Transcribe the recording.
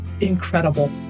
incredible